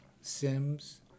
Sims